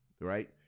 right